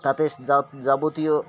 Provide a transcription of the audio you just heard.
তাাতে যা যাবতীয়